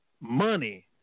money